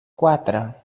quatre